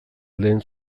lehen